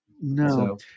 no